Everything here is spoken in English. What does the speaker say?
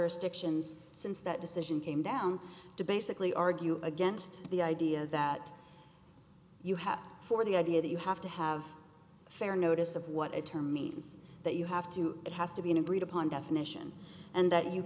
dictions since that decision came down to basically argue against the idea that you have for the idea that you have to have a fair notice of what a term means that you have to it has to be an agreed upon definition and that you